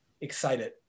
excited